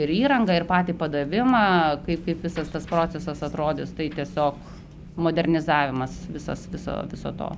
ir įrangą ir patį padavimą kaip kaip visas tas procesas atrodys tai tiesiog modernizavimas visas viso viso to